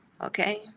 Okay